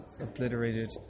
obliterated